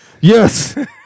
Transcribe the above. Yes